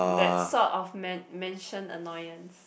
that sort of men~ mention annoyance